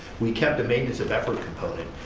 we kept the maintenance of effort component,